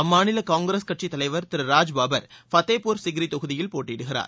அம்மாநில காங்கிரஸ் கட்சித் தலைவர் திரு ராஜ்பாபர் ஃபதேப்பூர் சிக்ரி தொகுதியில் போட்டியிடுகிறார்